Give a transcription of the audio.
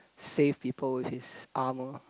save people with his armor